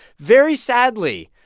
very sadly,